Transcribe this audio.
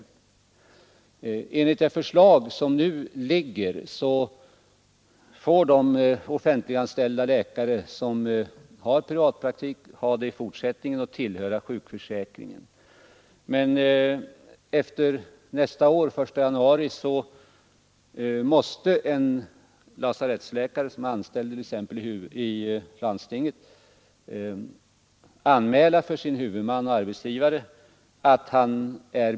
27 maj 1974 Enligt det förslag som nu föreligger får de offentliganställda läkare Ersättningsregler för som har privatpraktik driva sådan i fortsättningen och tillhöra sjukförläkarvård hos privatsäkringen. Men efter den 1 januari nästa år måste en lasarettsläkare som praktiserande läkare är anställd t.ex. av landstinget anmäla för sin huvudman att han är .